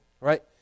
right